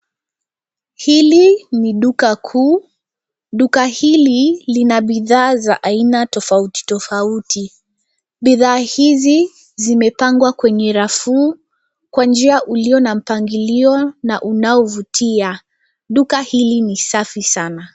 Hili ni duka kuu. Duka hili lina bidhaa za aina tofauti tofauti. Bidhaa hizi zimepangwa kwenye rafu kwa njia ulio na mpangilio na unaovutia. Duka hili ni safi sana.